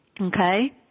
Okay